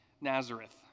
Nazareth